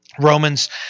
Romans